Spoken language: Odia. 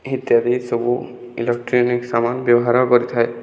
ଇତ୍ୟାଦି ସବୁ ଇଲେକ୍ଟ୍ରୋନିକ୍ ସାମାନ ବ୍ୟବହାର କରିଥାଏ